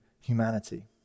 humanity